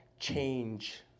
Change